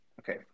Okay